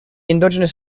endogenous